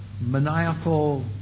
maniacal